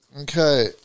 Okay